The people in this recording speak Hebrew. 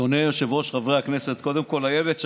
אני בעד.